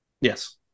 Yes